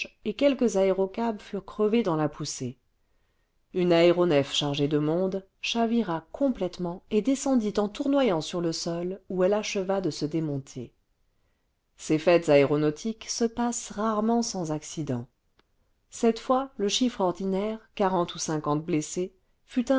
et quelques aérocabs furent crevés dans la poussée une aéronef chargée de monde chavira complètement et descendit en tournoyant sur le sol où elle acheva de se démonter ces fêtes aéronautiques se passent rarement sans accident cette fois le chiffre ordinaire quarante ou cinquante blessés